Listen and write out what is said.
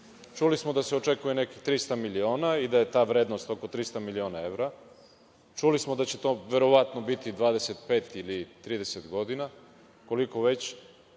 Čuli smo da se očekuje nekih 300 miliona i da je ta vrednost oko 300 miliona evra. Čuli smo da će to verovatno biti 25 ili 35 godina, koliko već,